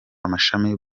amashami